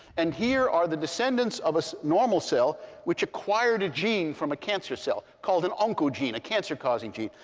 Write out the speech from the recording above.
and here are the descendants of a so normal cell which acquired a gene from a cancer cell called an oncogene a cancer causing gene.